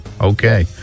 Okay